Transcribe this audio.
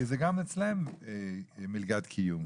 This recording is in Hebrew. כי זה גם אצלם מלגת קיום.